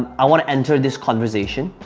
i wanna enter this conversation,